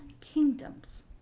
Kingdoms